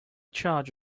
charge